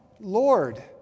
Lord